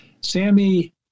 Sammy